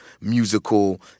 musical